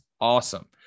awesome